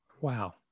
Wow